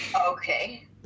Okay